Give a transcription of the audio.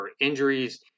injuries